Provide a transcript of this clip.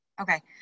Okay